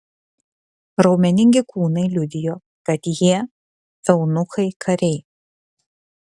raumeningi kūnai liudijo kad jie eunuchai kariai